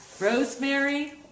Rosemary